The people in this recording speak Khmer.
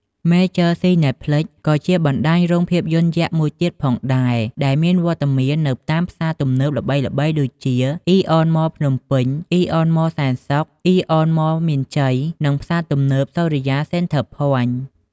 មេចឺ ស៊ីណេផ្លិច (Major Cineplex) ក៏ជាបណ្តាញរោងភាពយន្តយក្សមួយទៀតផងដែរ ដែលមានវត្តមាននៅតាមផ្សារទំនើបល្បីៗដូចជា អ៊ីអនមល ភ្នំពេញ, អ៊ីអនមលសែនសុខ, អ៊ីអនមលមានជ័យ និង ផ្សារទំនើបសូរិយា សេនធើ ភ័ញធ៍ (Sorya Center Point)។